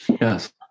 yes